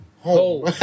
home